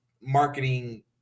marketing